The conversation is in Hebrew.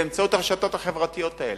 באמצעות הרשתות החברתיות האלה.